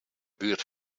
buurt